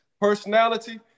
personality